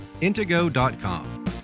Intego.com